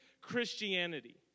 Christianity